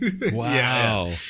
Wow